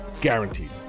Guaranteed